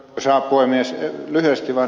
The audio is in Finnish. lyhyesti vain ed